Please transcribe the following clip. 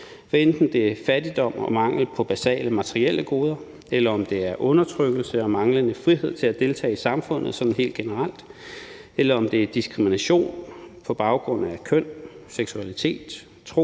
hvad enten det er fattigdom og mangel på basale materielle goder, eller det er undertrykkelse og manglende frihed til at deltage i samfundet sådan helt generelt, eller om det er diskrimination på baggrund af køn, seksualitet, tro,